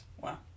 wow